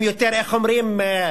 הם יותר, איך אומרים?